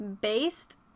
Based